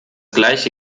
gleiche